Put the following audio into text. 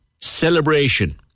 celebration